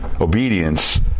obedience